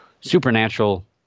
Supernatural